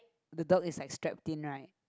the dog is like strapped in right